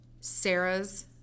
Sarah's